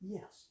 Yes